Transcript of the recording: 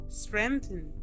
strengthen